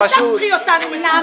אל תהפכי אותנו למטומטמים.